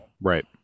right